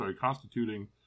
constituting